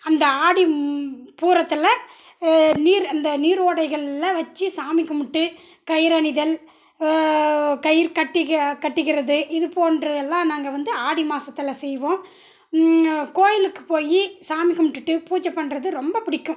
அந்த ஆடி பூரத்தில் நீர் அந்த நீரோடைகளில் வச்சு சாமி கும்பிட்டு கயிறணிதல் கயிறு கட்டிக்க கட்டிக்கிறது இது போன்று எல்லாம் நாங்கள் வந்து ஆடி மாசத்தில் செய்வோம் கோயிலுக்குப் போய் சாமி கும்பிட்டுட்டு பூஜை பண்ணுறது ரொம்ப பிடிக்கும்